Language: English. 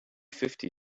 fifty